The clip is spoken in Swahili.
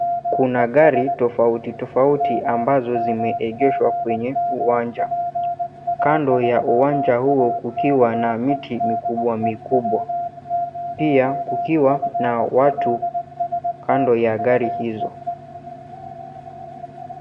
Kuna gari tofauti tofauti, ambazo zimeegeshwa kwenye uwanja. Kando ya uwanja huo kukiwa na miti mikubwa mikubwa. Pia kukiwa na watu kando ya gari hizo.